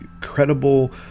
credible